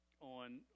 on